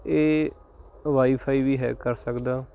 ਇਹ ਵਾਈਫਾਈ ਵੀ ਹੈਕ ਕਰ ਸਕਦਾ